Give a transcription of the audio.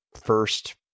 first